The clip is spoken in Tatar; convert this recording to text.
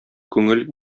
күңел